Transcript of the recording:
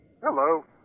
Hello